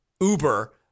uber